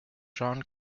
jon